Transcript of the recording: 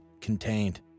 contained